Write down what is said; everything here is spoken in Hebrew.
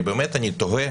אני תוהה